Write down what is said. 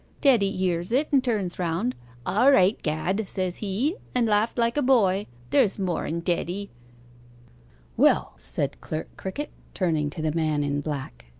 teddy hears it, and turns round all right, gad! says he, and laughed like a boy. there's more in teddy well, said clerk crickett, turning to the man in black,